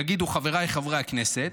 יגידו חבריי חברי הכנסת,